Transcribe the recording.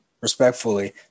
respectfully